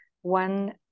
one